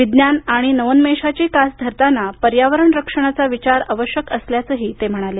विज्ञान आणि नावोन्मेशाची कास धरताना पर्यावरण रक्षणाचा विचार आवश्यक असल्याचं ते म्हणाले